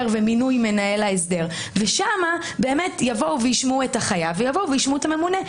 ומינוי מנהל ההסדר ושם באמת ישמעו את החייב וישמעו את הממונה.